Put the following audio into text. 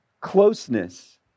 closeness